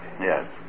Yes